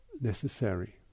necessary